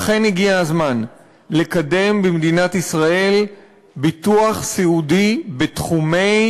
אכן הגיע הזמן לקדם במדינת ישראל ביטוח סיעודי בתחומי